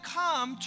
come